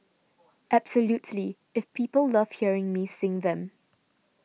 absolutely if people love hearing me sing them